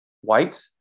white